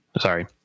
Sorry